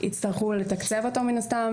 שיצטרכו לתקצב אותו מן הסתם,